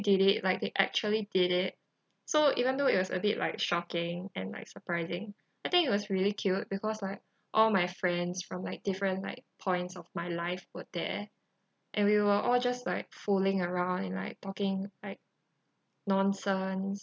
did it like they actually did it so even though it was a bit like shocking and like surprising I think it was really cute because like all my friends from like different like points of my life were there and we were all just like fooling around and like talking like nonsense